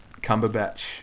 Cumberbatch